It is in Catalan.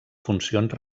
funcions